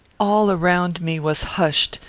all around me was hushed,